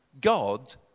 God